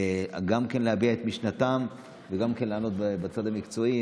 גם להביע את משנתם וגם לענות בצד המקצועי.